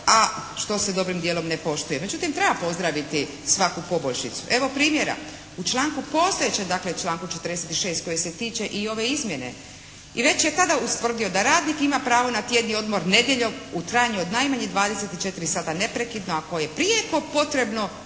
a što se dobrim dijelom ne poštuje. Međutim, treba pozdraviti svaku poboljšicu. Evo, primjera. U članku postojećem, dakle članku 46. koji se tiče i ove izmjene i već je tada ustvrdio da radnik ima pravo na tjedni odmor nedjeljom u trajanju od najmanje 24 sata neprekidno. A koje je prijeko potrebno